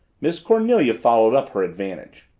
miss cornelia followed up her advantage.